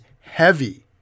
heavy